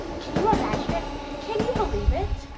can you imagine it can you believe it?